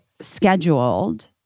scheduled